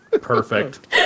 Perfect